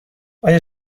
آیا